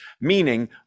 meaning